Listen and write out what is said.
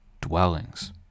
dwellings